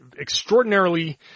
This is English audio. extraordinarily